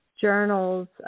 journals